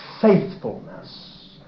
faithfulness